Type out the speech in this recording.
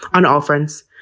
on all fronts.